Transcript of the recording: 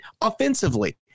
offensively